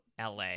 LA